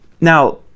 Now